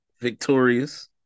victorious